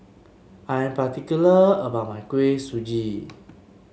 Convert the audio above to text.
I am particular about my Kuih Suji